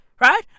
Right